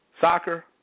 soccer